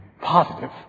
positive